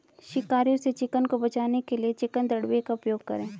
शिकारियों से चिकन को बचाने के लिए चिकन दड़बे का उपयोग करें